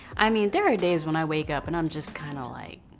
i mean, there are days when i wake up and i'm just kinda like.